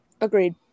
Agreed